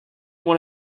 one